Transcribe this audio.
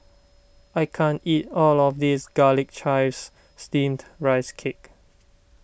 I can't eat all of this Garlic Chives Steamed Rice Cake